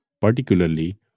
particularly